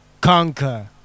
conquer